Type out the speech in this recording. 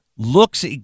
looks